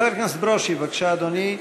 חבר הכנסת ברושי, בבקשה, אדוני.